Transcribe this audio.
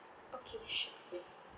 okay sure